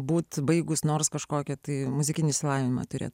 būti baigus nors kažkokį tai muzikinį išsilavinimą turėti